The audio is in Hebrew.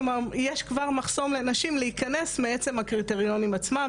כלומר יש כבר מחסום לנשים להיכנס מעצם הקריטריונים עצמם.